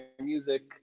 music